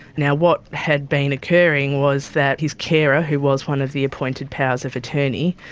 now, what had been occurring was that his carer, who was one of the appointed powers of attorney,